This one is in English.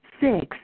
six